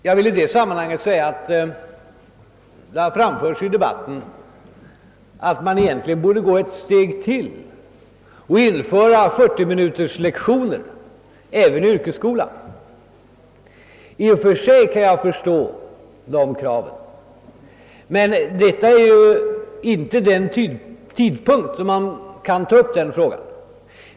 Jag vill i detta sammanhang påpeka att den synpunkten framförts i debatten, att vi egentligen borde gå ett steg längre och införa 40-minuterslektioner även i yrkesskolan. I och för sig kan jag förstå det kravet — men frågan skall ju inte tas upp vid denna tidpunkt.